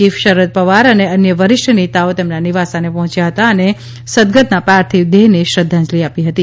chief Sharad Pawar અને અન્ય વરિષ્ઠ નેતાઓ તેમના નિવાસસ્થાને પહોંચ્યા હતા અને સદગતના પાર્થિવ દેહને શ્રદ્વાંજલિ આપી હતી